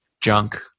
junk